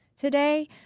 today